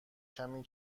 کمی